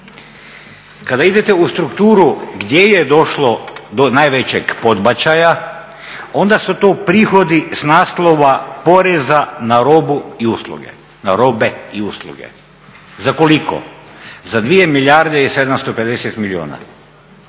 Kada idete u strukturu gdje je došlo do najvećeg podbačaja onda su to prihodi s naslova poreza na robe i usluge. Za koliko? Za 2 milijarde i 750 milijuna.